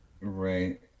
Right